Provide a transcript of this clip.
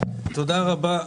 תודה רבה.